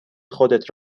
خودت